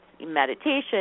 meditation